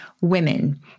women